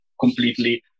completely